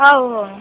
हो हो